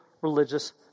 religious